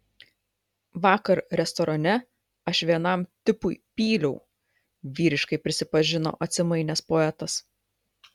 vakar restorane aš vienam tipui pyliau vyriškai prisipažino atsimainęs poetas